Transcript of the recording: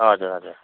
हजुर हजुर